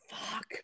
fuck